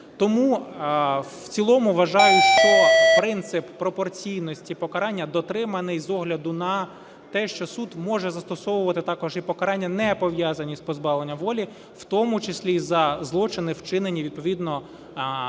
Тому в цілому вважаю, що принцип пропорційності покарання дотриманий з огляду на те, що суд може застосовувати також і покарання, не пов'язані з позбавленням волі, в тому числі за злочини, вчинені, відповідно передбачені